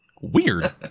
Weird